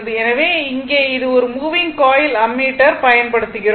எனவே இங்கே இது ஒரு மூவிங் காயில் அம்மீட்டர் பயன்படுத்திறோம்